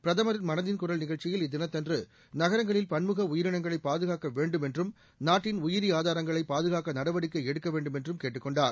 பிரதமர் மனதின் குரல் நிகழ்ச்சியில் இத்தினத்தன்று நகரங்களில் பன்முக உயிரினங்களைப் பாதுகாக்க வேண்டும் என்றும் நாட்டின் உயிரி ஆதாரங்களைப் பாதுகாக்க நடவடிக்கை எடுக்க வேண்டும் என்றும் கேட்டுக் கொண்டார்